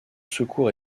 secours